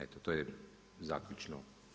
Eto, to je zaključno.